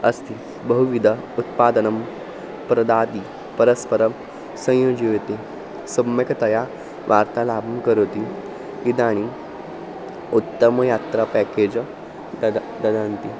अस्ति बहुविधम् उत्पादनं प्रदाति परस्परं संयोजयति सम्यक् तया वार्तालापं करोति इदानीम् उत्तम यात्रा प्याकेज् दद ददन्ति